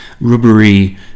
rubbery